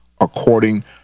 according